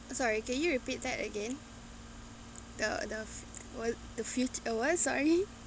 sorry can you repeat that again the the what the fifth uh what sorry